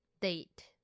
date